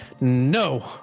no